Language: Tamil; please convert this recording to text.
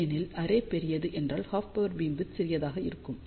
ஏனெனில் அரே பெரியது என்றால் ஹாஃப் பவர் பீம் விட்த் சிறியதாக இருக்கும்